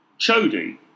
chody